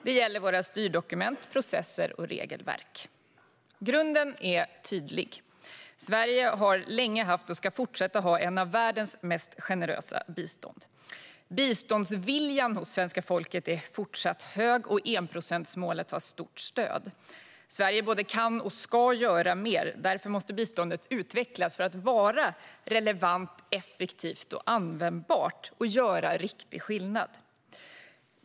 Det gäller våra styrdokument, processer och regelverk. Grunden är tydlig. Sverige har länge haft och ska fortsätta att ha ett av världens mest generösa bistånd. Biståndsviljan hos svenska folket är fortsatt hög, och enprocentsmålet har stort stöd. Sverige både kan och ska göra mer; därför måste biståndet utvecklas för att vara relevant, effektivt och användbart och göra riktig skillnad.